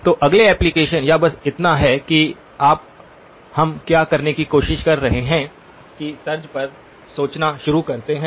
तो अगले एप्लीकेशन या बस इतना है कि आप हम क्या करने की कोशिश कर रहे हैं की तर्ज पर सोचना शुरू करते हैं